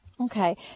Okay